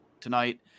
tonight